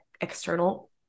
external